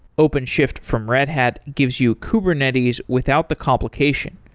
openshift from red hat gives you kubernetes without the complication.